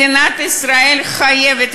מדינת ישראל חייבת,